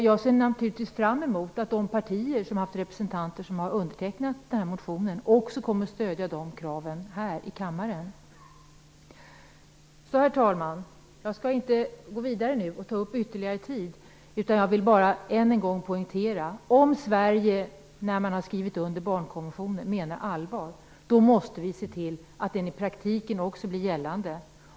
Jag ser naturligtvis fram emot att de partier vilkas representanter har undertecknat motionen också kommer att stödja kraven här i kammaren. Herr talman! Jag skall inte gå vidare och ta ytterligare tid i anspråk. Jag vill bara än en gång poängtera att om vi i Sverige, som har skrivit under barnkonventionen, menar allvar, måste vi se till att den blir gällande också i praktiken.